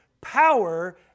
power